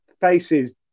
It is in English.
faces